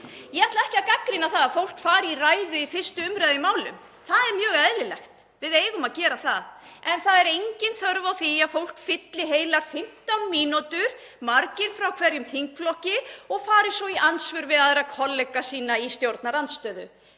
Ég ætla ekki að gagnrýna það að fólk fari í ræðu í 1. umræðu í málum. Það er mjög eðlilegt. Við eigum að gera það. En það er engin þörf á því að fólk fylli heilar 15 mínútur, margir frá hverjum þingflokki, og fari svo í andsvör við aðra kollega sína í stjórnarandstöðu.